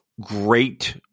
great